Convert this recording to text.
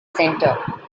center